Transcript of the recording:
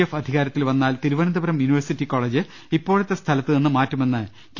F അധികാരത്തിൽ വന്നാൽ Thiruvananthapuram university college ഇപ്പോഴത്തെ സ്ഥല ത്തുനിന്ന് മാറ്റുമെന്ന് കെ